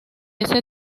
ese